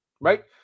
Right